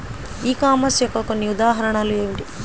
ఈ కామర్స్ యొక్క కొన్ని ఉదాహరణలు ఏమిటి?